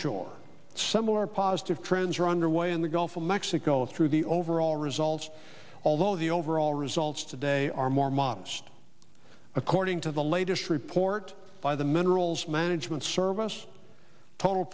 shore similar positive trends are underway in the gulf of mexico is through the overall results although the overall results today are more modest according to the latest report by the minerals management service total